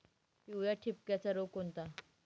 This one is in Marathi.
पिवळ्या ठिपक्याचा रोग कोणता?